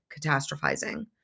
catastrophizing